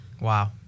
Wow